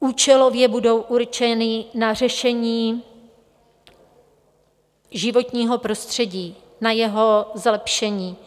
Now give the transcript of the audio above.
Účelově budou určeny na řešení životního prostředí, na jeho zlepšení.